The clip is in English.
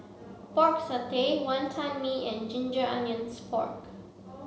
Pork Satay Wantan Mee and Ginger Onions Pork